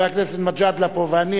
חבר הכנסת מג'אדלה פה ואני,